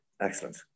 excellent